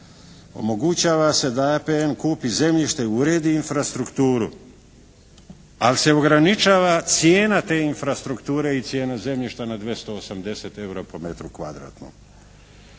Omogućava se da APN kupi zemljište, uredi infrastrukturu. Ali se ograničava cijena te infrastrukture i cijena zemljišta na 280 eura po metru kvadratnom.